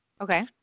Okay